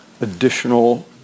additional